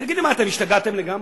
תגידו, מה, אתם השתגעתם לגמרי?